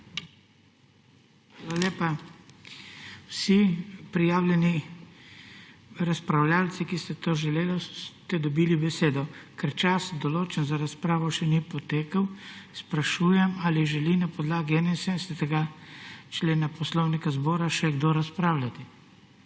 Hvala lepa. Vsi prijavljeni razpravljavci, ki ste to želeli, ste dobili besedo. Ker čas, določen za razpravo, še ni potekel, sprašujem, ali želi na podlagi 71. člena Poslovnika Državnega zbora še kdo razpravljati.